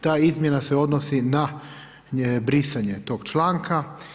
Ta izmjena se odnosi na brisanje tog članka.